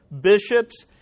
bishops